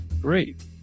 great